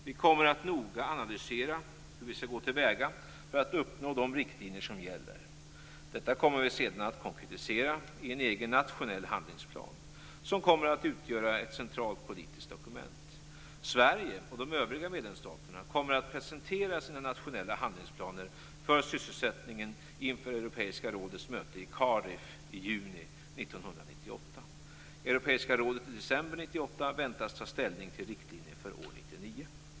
Vi kommer att noga analysera hur vi skall gå till väga för att uppnå de riktlinjer som gäller. Detta kommer vi sedan att konkretisera i en egen nationell handlingsplan, som kommer att utgöra ett centralt politiskt dokument. Sverige och de övriga medlemsstaterna kommer att presentera sina nationella handlingsplaner för sysselsättningen inför Europeiska rådets möte i Cardiff i juni 1998. Europeiska rådet väntas i december 1998 ta ställning till riktlinjer för år 1999.